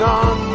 on